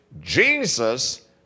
Jesus